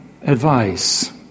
advice